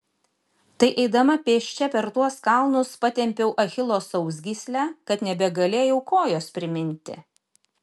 tai eidama pėsčia per tuos kalnus patempiau achilo sausgyslę kad nebegalėjau kojos priminti